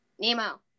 Nemo